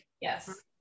Yes